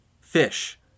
fish